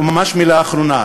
וממש מילה אחרונה.